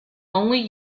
only